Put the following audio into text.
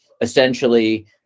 essentially